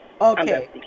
Okay